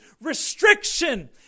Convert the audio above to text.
restriction